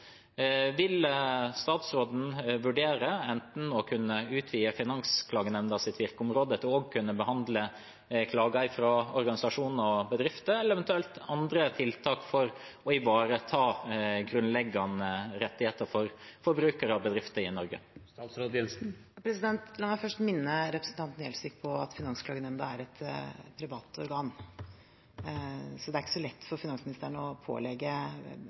Vil statsråden vurdere enten å utvide Finansklagenemdas virkeområde til også å kunne behandle klager fra organisasjoner og bedrifter eller eventuelt å se på andre tiltak for å ivareta grunnleggende rettigheter for forbrukere og bedrifter i Norge? La meg først minne representanten Gjelsvik på at Finansklagenemnda er et privat organ, så det er ikke så lett for finansministeren å pålegge